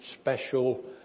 special